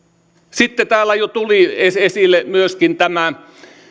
sitten täällä jo tuli esille myöskin tämä